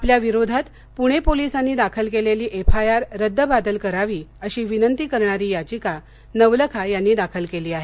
आपल्या विरोधात पुणे पोलीसांनी दाखल केलेली एफआयार रद्दबातल करावी अशी विनंती करणारी याचीका नवलखा यांनी दाखल केली आहे